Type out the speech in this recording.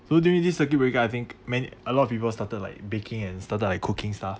so during this circuit breaker I think many a lot of people started like baking and started like cooking stuff